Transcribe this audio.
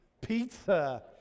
Pizza